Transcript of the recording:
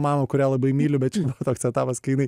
mamą kurią labai myliu bet čia buvo toks etapas kai jinai